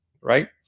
right